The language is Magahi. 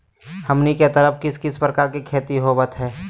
हमनी के तरफ किस किस प्रकार के खेती होवत है?